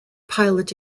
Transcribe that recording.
pilot